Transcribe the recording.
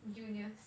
juniors